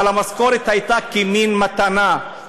אבל המשכורת הייתה כמין מתנה.